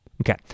Okay